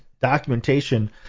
documentation